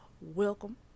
welcome